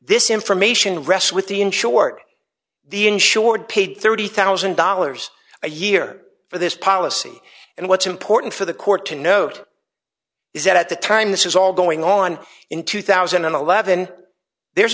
in short the insured paid thirty thousand dollars a year for this policy and what's important for the court to note is that at the time this is all going on in two thousand and eleven there's